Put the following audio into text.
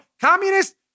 Communist